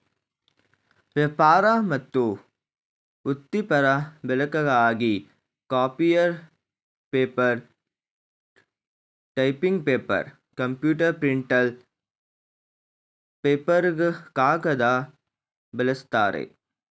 ವ್ಯಾಪಾರ ಮತ್ತು ವೃತ್ತಿಪರ ಬಳಕೆಗಾಗಿ copier paper typing paper computer printer ಪೇಪರ್ಗೆ ಕಾಗದ ಬಳಸ್ತಾರೆ